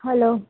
hello